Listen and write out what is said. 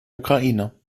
ukraine